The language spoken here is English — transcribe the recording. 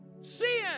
Sin